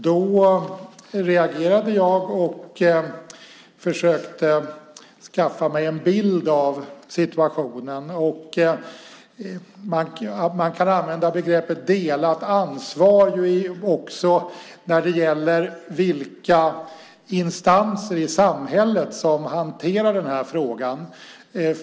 Jag reagerade då och försökte skaffa mig en bild av situationen. Man kan använda begreppet delat ansvar också när det gäller de instanser i samhället som hanterar den här frågan.